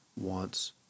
wants